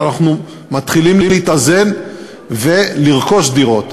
ואנחנו מתחילים להתאזן ולרכוש דירות.